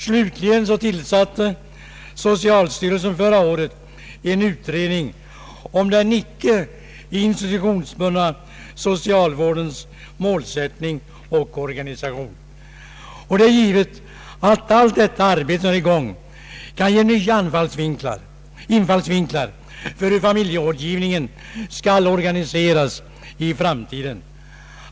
Slutligen tillsatte socialstyrelsen förra året en utredning om den icke institutionsbund na socialvårdens målsättning och organisation. Det är givet att allt detta arbete som nu är i gång kan ge nya infallsvinklar för hur familjerådgivningen skall organiseras i framtiden.